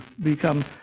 become